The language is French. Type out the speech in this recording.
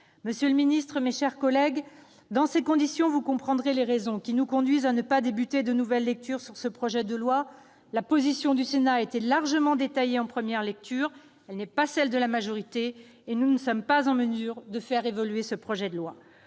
Monsieur le ministre, mes chers collègues, dans ces conditions, vous comprendrez que nous ne souhaitions pas engager une nouvelle lecture de ce projet de loi : la position du Sénat a été largement détaillée en première lecture ; ce n'est pas celle de la majorité, et nous ne sommes pas en mesure de faire évoluer le texte.